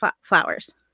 flowers